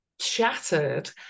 shattered